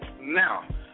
Now